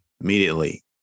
immediately